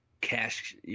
cash